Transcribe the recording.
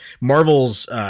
Marvel's